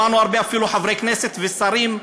שמענו הרבה, אפילו חברי כנסת ושרים,